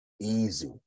Easy